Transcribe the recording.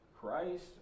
Christ